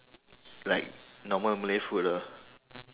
like normal malay food ah